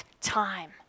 time